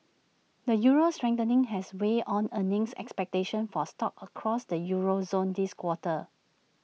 the euro's strengthening has weighed on earnings expectations for stocks across the euro zone this quarter